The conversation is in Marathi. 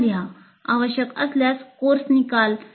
पुन्हा लिहा आवश्यक असल्यास कोर्स निकाल